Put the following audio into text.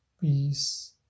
peace